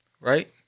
right